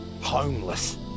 Homeless